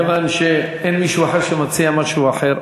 מכיוון שאין מישהו אחר שמציע משהו אחר,